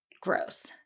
gross